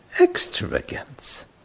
extravagance